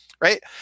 right